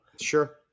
Sure